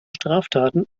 straftaten